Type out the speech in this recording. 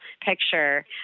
picture